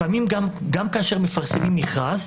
לפעמים גם כאשר מפרסמים מכרז,